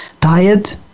tired